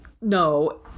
no